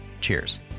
Cheers